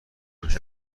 میشه